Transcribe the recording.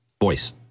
voice